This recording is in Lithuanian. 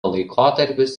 laikotarpis